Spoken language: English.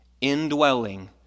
indwelling